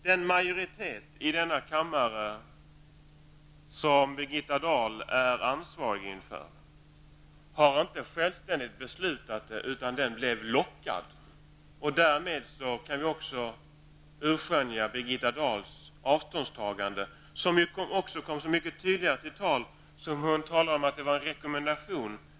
Den majoritet här i kammaren som Birgitta Dahl är ansvarig inför har alltså inte självständigt beslutat göra detta uttalande, utan den blev lockad! Där kan vi urskilja Birgitta Dahls avståndstagande, som kom så mycket tydligare till uttryck som hon talade om det som en rekommendation.